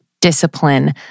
discipline